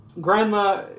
Grandma